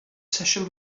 sesiwn